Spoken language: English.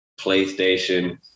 PlayStation